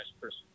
person